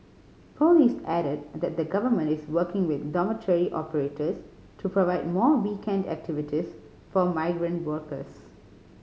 police added that the Government is working with dormitory operators to provide more weekend activities for migrant workers